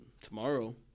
tomorrow